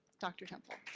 dr. temple.